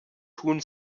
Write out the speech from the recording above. tun